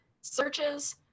searches